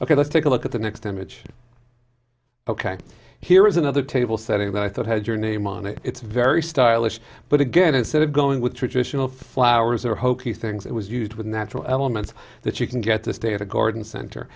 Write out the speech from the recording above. ok let's take a look at the next image ok here is another table setting that i thought has your name on it it's very stylish but again instead of going with traditional flowers or hokey things that was used with natural elements that you can get this day at a garden cent